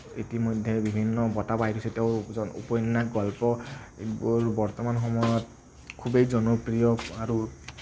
ইতিমধ্যে বিভিন্ন বঁটা পাই থৈছে তেওঁ এজন উপন্যাস গল্প বৰ্তমান সময়ত খুবেই জনপ্ৰিয় আৰু